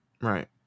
Right